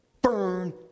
burn